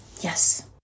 Yes